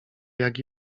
jak